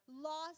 lost